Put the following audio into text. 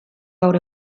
gaur